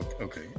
Okay